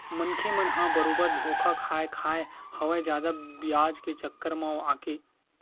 मनखे मन ह बरोबर धोखा खाय खाय हवय जादा बियाज के चक्कर म आके